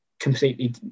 Completely